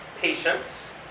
patience